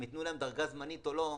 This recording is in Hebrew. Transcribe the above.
אם ייתנו להם דרגה זמנית או לא,